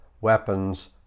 weapons